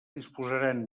disposaran